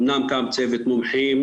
אמנם קם צוות מומחים,